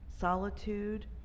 solitude